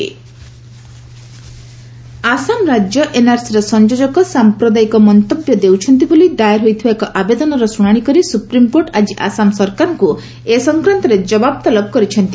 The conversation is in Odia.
ଏସ୍ସି ଆସାମ୍ ଏନ୍ଆର୍ସି ଆସାମ ରାଜ୍ୟ ଏନ୍ଆର୍ସିର ସଂଯୋଜକ ସାମ୍ପ୍ରଦାୟିକ ମନ୍ତବ୍ୟ ଦେଉଛନ୍ତି ବୋଲି ଦାଏର ହୋଇଥିବା ଏକ ଆବେଦନର ଶୁଣାଣି କରି ସୁପ୍ରିମ୍କୋର୍ଟ ଆଜି ଆସାମ ସରକାରଙ୍କୁ ଏ ସଂକ୍ରାନ୍ତରେ ଜବାବ ତଲବ କରିଛନ୍ତି